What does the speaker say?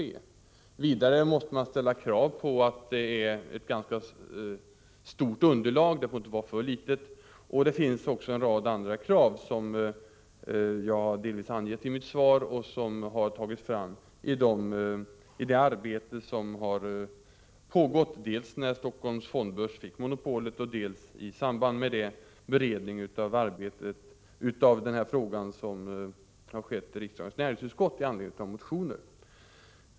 Vidare måste man ställa krav på ett ganska stort underlag — det får inte vara för litet. Det finns också en rad andra krav, som jag angett i mitt svar och som tagits fram dels i det arbete som pågått i samband med att Helsingforss fondbörs fick monopol, dels vid den beredning av den här frågan som skett i riksdagens näringsutskott i anledning av motioner.